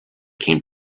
came